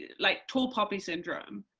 like tall poppy syndrome,